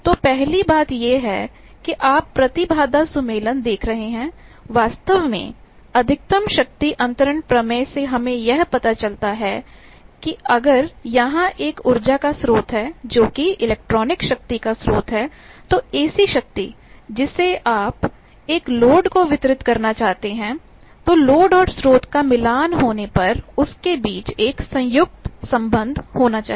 तो पहली बात यह है कि आप प्रतिबाधा सुमेलन देख रहे हैं वास्तव में maximum power transfer theorem maximum power transfer theoremअधिकतम शक्ति अन्तरण प्रमेय से हमें यह पता चलता है कि अगर यहां एक ऊर्जा का स्रोत है जोकि इलेक्ट्रॉनिक शक्ति का स्रोत है तो एसी शक्ति जिसे आप एक लोड को वितरित करना चाहते हैं तो लोड और स्रोत का मिलान होने पर उनके बीच एक कोंजूगेट conjugateसंयुक्त संबंध होना चाहिए